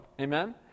Amen